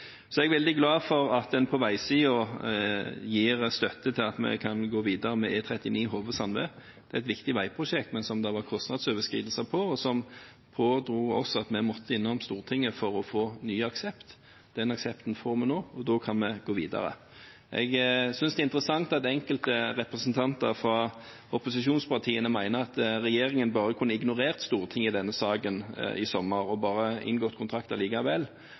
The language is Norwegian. er veldig glad for at en på veisiden gir støtte til at vi kan gå videre med E39 Hove–Sandved. Det er et viktig veiprosjekt som det ble kostnadsoverskridelser på, noe som gjorde at vi måtte innom Stortinget for å få ny aksept. Den aksepten får vi nå, og da kan vi gå videre. Jeg synes det er interessant at enkelte representanter fra opposisjonspartiene mener at regjeringen kunne ignorert Stortinget i denne saken i sommer og inngått